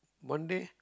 one day